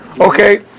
Okay